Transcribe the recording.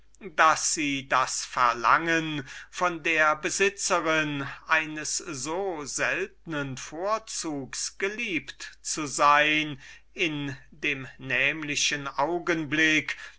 daß sie das verlangen von der besitzerin eines so seltnen vorzugs geliebt zu sein in dem nämlichen augenblick